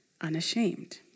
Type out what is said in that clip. unashamed